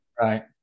Right